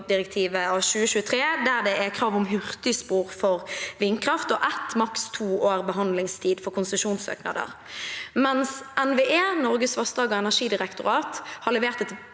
der det er krav om hurtigspor for vindkraft og ett, maks to års behandlingstid for konsesjonssøknader. NVE, Norges vassdrags- og energidirektorat, har levert et